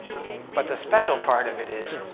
but the special part of it is,